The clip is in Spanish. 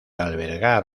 albergar